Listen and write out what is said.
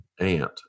aunt